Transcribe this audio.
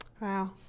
Wow